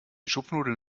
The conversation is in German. schupfnudeln